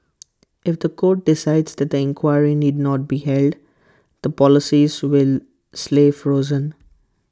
if The Court decides that the inquiry need not be held the policies will slay frozen